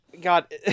God